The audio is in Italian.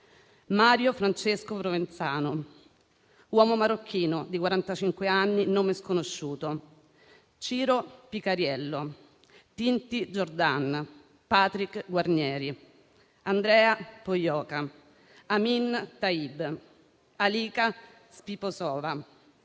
Mario Francesco Provenzano, uomo marocchino di 45 anni (nome sconosciuto), Ciro Picariello, Tinti Jordan, Patrick Guarnieri, Andrea Pojioca, Amin Taib, Alica Siposova,